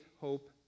hope